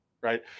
Right